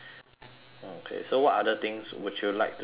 okay so what other things would you like to do for fun